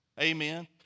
amen